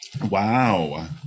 Wow